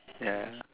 ya